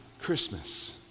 Christmas